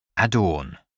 Adorn